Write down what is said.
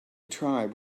tribe